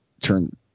turn